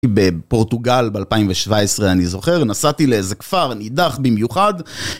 בפורטוגל ב2017 אני זוכר נסעתי לאיזה כפר נידח במיוחד